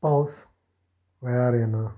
पावस वेळार येना